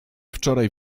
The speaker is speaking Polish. wczoraj